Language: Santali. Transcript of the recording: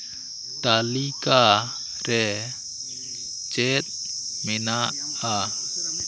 ᱛᱟᱹᱞᱤᱠᱟ ᱨᱮ ᱪᱮᱫ ᱢᱮᱱᱟᱜ ᱟ